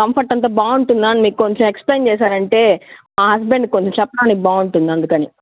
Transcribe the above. comfort అంతా బాగుంటుందా మీరు కొంచెం ఎక్సప్లయిన్ చేశారు అంటే మా హస్బెండ్కి కొంచెం చెప్పడానికి బాగుంటుంది అందుకని